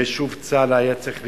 ושוב צה"ל היה צריך להתערב,